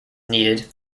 needed